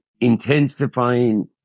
intensifying